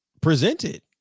presented